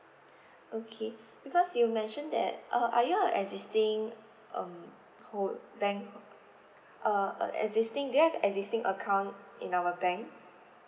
okay because you mentioned that uh are you a existing um hold bank uh a existing do you have existing account in our bank